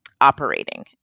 operating